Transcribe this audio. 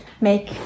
make